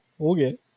Okay